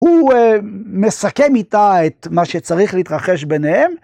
הוא מסכם איתה את מה שצריך להתרחש ביניהם.